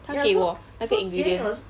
他给我那个 ingredient